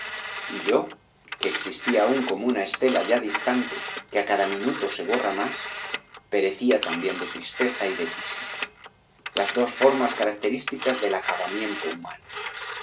y yo que existía aún como na estela ya distante que á cada minuto se orra más perecía también de tristeza y de tisis las dos formas características del acabamiento humano